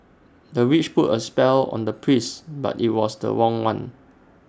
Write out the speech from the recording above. the witch put A spell on the prince but IT was the wrong one